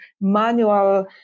manual